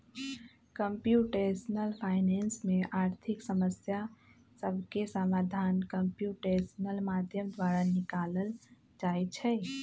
computational finance में आर्थिक समस्या सभके समाधान कंप्यूटेशनल माध्यम द्वारा निकालल जाइ छइ